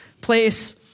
place